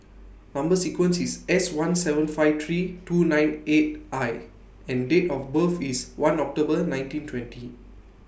Number sequence IS S one seven five three two nine eight I and Date of birth IS one October nineteen twenty